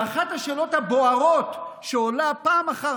ואחת מהשאלות הבוערות שעולות פעם אחר